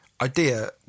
idea